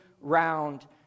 round